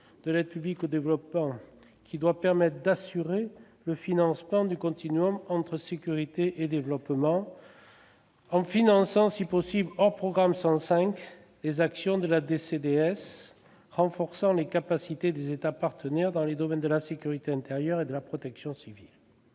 de l'aide publique au développement, qui doit permettre d'assurer le financement du entre la sécurité et le développement, en finançant, si possible, hors programme 105 les actions de la DCDS renforçant les capacités des États partenaires dans les domaines de la sécurité intérieure et de la protection civile.